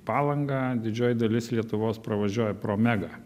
palangą didžioji dalis lietuvos pravažiuoja pro megą